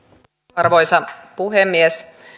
arvoisa puhemies